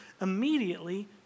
immediately